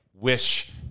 wish